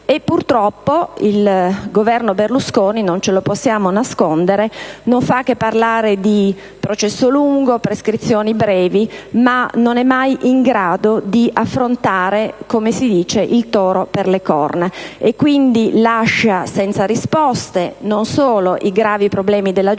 Purtroppo, il Governo Berlusconi - non ce lo possiamo nascondere - non fa che parlare di processo lungo e prescrizioni brevi, ma non è mai in grado, come si suol dire, di prendere il toro per le corna. Esso, quindi, lascia senza risposte non solo i gravi problemi della giustizia,